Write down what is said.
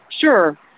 sure